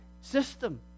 system